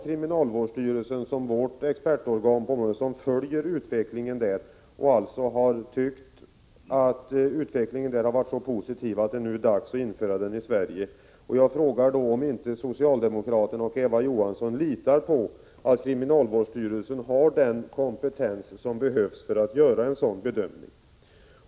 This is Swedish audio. Kriminalvårdsstyrelsen, som är vårt expertorgan, har följt utvecklingen där och anser att det nu är dags att införa samhällstjänst också i Sverige. Jag frågar om inte socialdemokraterna och Eva Johansson litar på att kriminalvårdsstyrelsen har den kompetens som behövs för att göra en sådan bedömning.